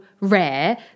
rare